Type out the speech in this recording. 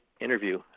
interview